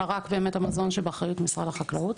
אלא רק באמת המזון שבאחריות משרד החקלאות.